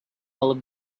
all